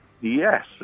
Yes